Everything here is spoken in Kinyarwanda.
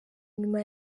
nyuma